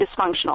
dysfunctional